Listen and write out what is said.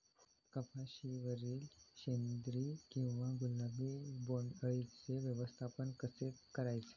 कपाशिवरील शेंदरी किंवा गुलाबी बोंडअळीचे व्यवस्थापन कसे करायचे?